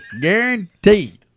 Guaranteed